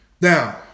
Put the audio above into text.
Now